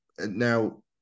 Now